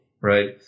right